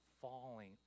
falling